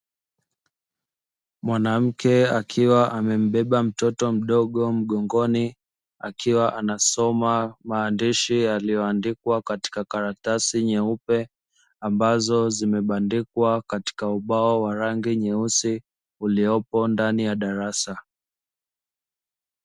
Mwanamke akiwa amembeba mtoto mdogo mgongoni akiwa anasoma maandishi yaliyoandikwa katika karatasi nyeupe ambazo zimebandikwa katika ubao wa rangi nyeusi uliopo ndani ya darasa.